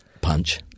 punch